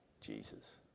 Jesus